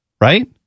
right